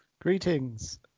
Greetings